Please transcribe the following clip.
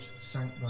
sank